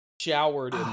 showered